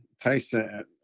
Tyson